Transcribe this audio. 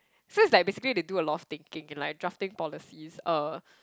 so it's like basically they do a lot thinking like drafting policies uh